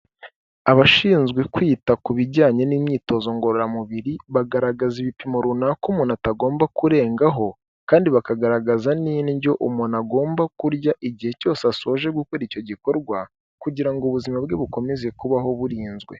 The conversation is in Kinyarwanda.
Abashinzwe kwita ku bijyanye n'imyitozo ngororamubiri, bagaragaza ibipimo runaka umuntu atagomba kurengaho, kandi bakagaragaza n'indyo umuntu agomba kurya igihe cyose asoje gukora icyo gikorwa, kugira ngo ubuzima bwe bukomeze kubaho burinzwe.